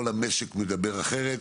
כל המשק מדבר אחרת.